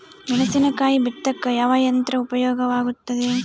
ಮೆಣಸಿನಕಾಯಿ ಬಿತ್ತಾಕ ಯಾವ ಯಂತ್ರ ಉಪಯೋಗವಾಗುತ್ತೆ?